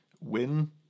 win